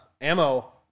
ammo